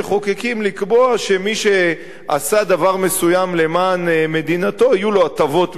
לקבוע שמי שעשה דבר מסוים למען מדינתו יהיו לו הטבות מסוימות,